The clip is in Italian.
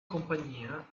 compagnia